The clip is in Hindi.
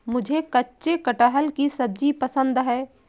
मुझे कच्चे कटहल की सब्जी पसंद है